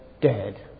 dead